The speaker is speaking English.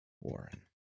Warren